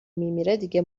میمیره، دیگه